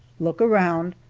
look around,